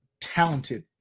talented